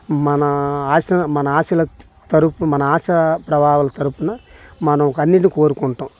మన ఆశ మన ఆశలకు తరుపు మన ఆశ ప్రభావులు తరపున మనం అన్నింటినీ కోరుకుంటాము